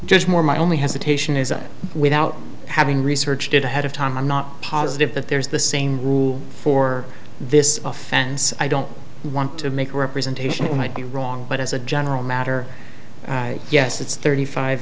just more my only has a taishan is without having researched it ahead of time i'm not positive that there's the same rule for this offense i don't want to make representation it might be wrong but as a general matter yes it's thirty five